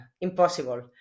impossible